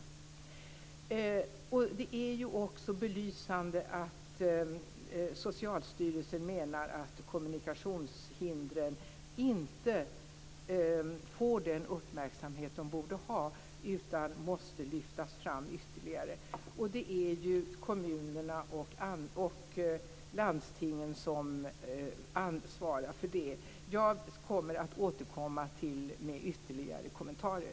Belysande är också att Socialstyrelsen menar att kommunikationshindren inte får den uppmärksamhet som de borde ha, utan de måste lyftas fram ytterligare. Det är ju kommunerna och landstingen som ansvarar för det. Jag återkommer med ytterligare kommentarer.